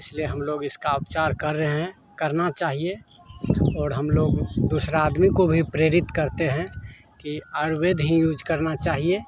इसलिए हम लोग इसका उपचार कर रहे हैं करना चाहिए और हम लोग दूसरा आदमी को भी प्रेरित करते हैं आयुर्वेद ही यूज करना चाहिए